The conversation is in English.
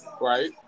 Right